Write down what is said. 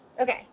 Okay